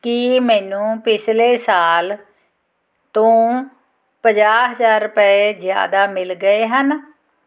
ਕੀ ਮੈਨੂੰ ਪਿਛਲੇ ਸਾਲ ਤੋਂ ਪੰਜਾਹ ਹਜ਼ਾਰ ਰੁਪਏ ਜ਼ਿਆਦਾ ਮਿਲ ਗਏ ਹਨ